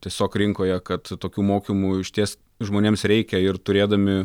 tiesiog rinkoje kad tokių mokymų išties žmonėms reikia ir turėdami